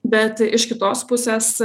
bet iš kitos pusės